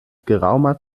geraumer